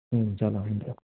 हुन्छ ल हुन्छ